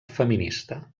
feminista